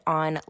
on